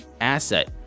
asset